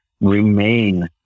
remain